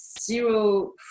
zero